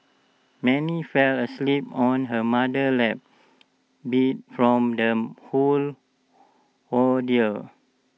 Mary fell asleep on her mother's lap beat from the whole ordeal